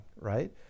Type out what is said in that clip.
right